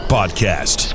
Podcast